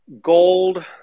gold